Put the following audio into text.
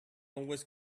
always